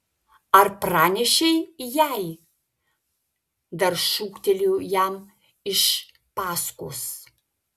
ar pranešei jai dar šūktelėjau jam iš paskos